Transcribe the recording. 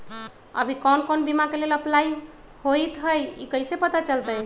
अभी कौन कौन बीमा के लेल अपलाइ होईत हई ई कईसे पता चलतई?